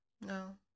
No